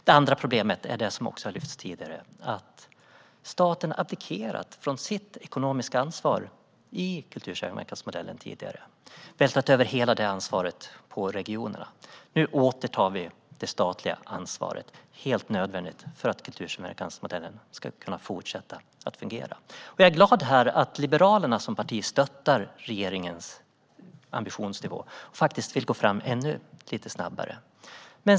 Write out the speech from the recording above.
Det andra problemet är det som också har lyfts upp tidigare, det vill säga att staten tidigare har abdikerat från sitt ekonomiska ansvar i kultursamverkansmodellen och vältrat över hela det ansvaret på regionerna. Nu återtar vi det statliga ansvaret, något som är helt nödvändigt för att kultursamverkansmodellen ska kunna fortsätta att fungera. Jag är glad att Liberalerna som parti stöttar regeringens ambitionsnivå och faktiskt vill gå fram ännu lite snabbare.